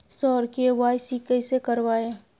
sir KYC कैसे करवाएं